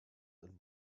and